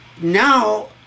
Now